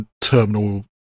terminal